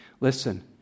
Listen